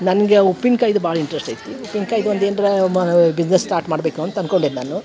ನನ್ಗೆ ಉಪ್ಪಿನಕಾಯಿದು ಭಾಳ ಇಂಟ್ರೆಸ್ಟ್ ಐತಿ ಉಪ್ಪಿನ್ಕಾಯ್ದು ಒಂದು ಏನಾರ ಮಾ ಬಿಸ್ನೆಝ್ ಸ್ಟಾರ್ಟ್ ಮಾಡಬೇಕು ಅಂತ ಅನ್ಕೊಂಡೆನೆ ನಾನು